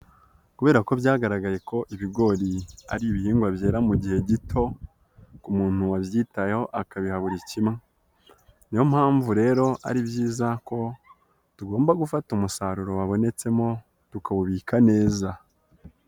Kubera ko byagaragaye ko ibigori ari ibihingwa byera mu gihe gito ku muntu wabyitayeho akabiha buri kimwe, niyo mpamvu rero ari byiza ko tugomba gufata umusaruro wabonetsemo, tukawubika neza.